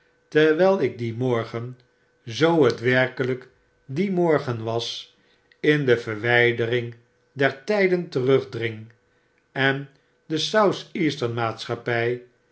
terwy ik dien morgen zoo het werkelyk die morgen was in de verwydering der tyden terugdring en de